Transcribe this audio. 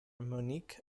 monique